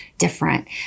different